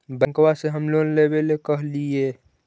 बैंकवा से हम लोन लेवेल कहलिऐ?